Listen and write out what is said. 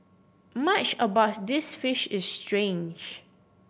much about this fish is strange